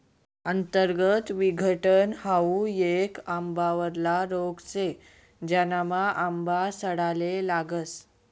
अंतर्गत विघटन हाउ येक आंबावरला रोग शे, ज्यानामा आंबा सडाले लागस